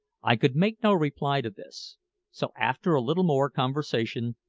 i could make no reply to this so, after a little more conversation,